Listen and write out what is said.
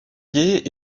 guet